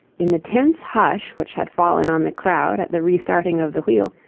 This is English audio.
in the tense hush which had fallen on the crowd at the restarting of the wheel,